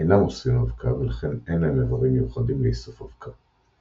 אינם אוספים אבקה ולכן אין להם איברים מיוחדים לאיסוף אבקה,